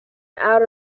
out